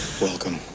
Welcome